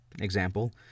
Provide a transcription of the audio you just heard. example